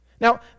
Now